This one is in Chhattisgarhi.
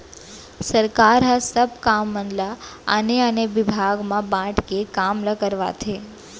सरकार ह सब काम मन ल आने आने बिभाग म बांट के काम ल करवाथे